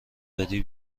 بدی